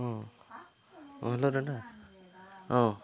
অঁ অঁ হেল্ল' দাদা অঁ